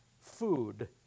food